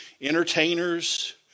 entertainers